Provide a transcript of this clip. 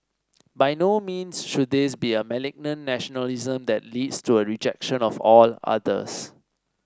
by no means should this be a malignant nationalism that leads to a rejection of all others